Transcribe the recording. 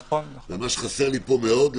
ומה שחסר לי פה מאוד למשל,